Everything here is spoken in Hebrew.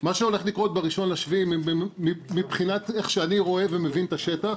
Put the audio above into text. מה שהולך לקרות ב-1 ביולי מבחינת איך שאני רואה ומבין את השטח